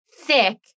thick